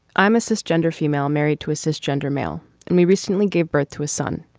i'm assist gender female married to assist gender male and me recently gave birth to a son.